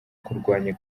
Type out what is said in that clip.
kurwanya